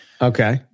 Okay